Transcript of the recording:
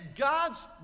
God's